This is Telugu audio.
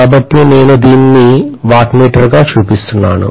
కాబట్టి నేను దీనిని వాట్మీటర్గా చూపిస్తున్నాను